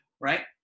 right